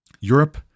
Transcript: Europe